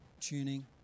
tuning